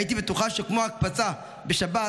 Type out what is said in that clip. הייתי בטוחה שכמו ההקפצה בשבת,